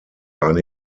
eine